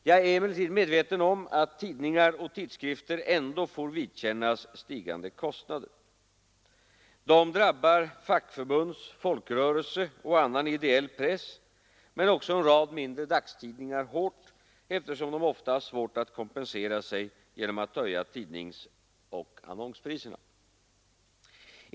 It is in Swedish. Jag är emellertid medveten om att tidningar och tidskrifter ändå får vidkännas stigande kostnader. Dessa drabbar fackförbunds-, folkrörelseoch annan ideell press, men också en rad mindre dagstidningar hårt eftersom de ofta har svårt att kompensera sig genom att höja tidningsoch annonspriserna.